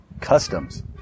Customs